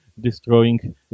destroying